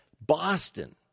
Boston